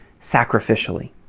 sacrificially